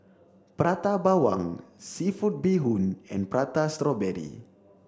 Prata Bawang seafood bee hoon and Prata Strawberry